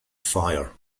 fire